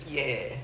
yeah